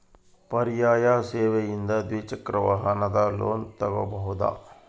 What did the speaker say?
ಪರ್ಯಾಯ ಸೇವೆಯಿಂದ ದ್ವಿಚಕ್ರ ವಾಹನದ ಲೋನ್ ತಗೋಬಹುದಾ?